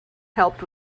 helped